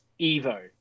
Evo